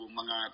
mga